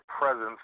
presence